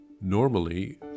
Normally